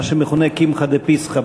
מה שמכונה קמחא דפסחא.